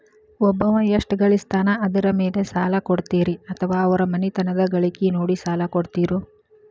ಒಬ್ಬವ ಎಷ್ಟ ಗಳಿಸ್ತಾನ ಅದರ ಮೇಲೆ ಸಾಲ ಕೊಡ್ತೇರಿ ಅಥವಾ ಅವರ ಮನಿತನದ ಗಳಿಕಿ ನೋಡಿ ಸಾಲ ಕೊಡ್ತಿರೋ?